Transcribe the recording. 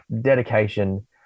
dedication